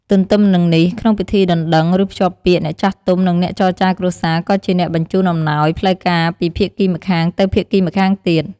ទទ្ទឹមនឹងនេះ ក្នុងពិធីដណ្ដឹង ឬភ្ជាប់ពាក្យ អ្នកចាស់ទុំ និងអ្នកចរចារគ្រួសារក៏ជាអ្នកបញ្ជូនអំណោយ ផ្លូវការពីភាគីម្ខាងទៅភាគីម្ខាងទៀត។